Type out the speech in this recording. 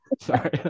Sorry